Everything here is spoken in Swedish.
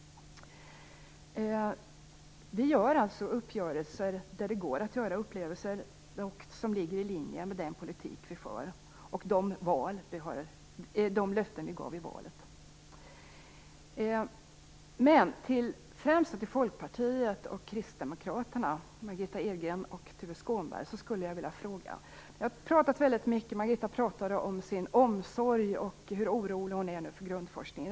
Vi träffar alltså uppgörelser där det går att göra uppgörelser som ligger i linje med vår politik och de löften som vi gav vid valet. Jag skulle främst vilja ställa några frågor till Folkpartiet och Kristdemokraterna, Margitta Edgren och Tuve Skånberg. Margitta Edgren talade om sin omsorg och oro över forskningen.